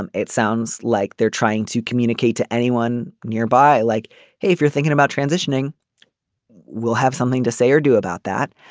um it sounds like they're trying to communicate to anyone nearby like hey if you're thinking about transitioning we'll have something to say or do about that.